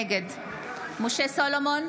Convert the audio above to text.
נגד משה סולומון,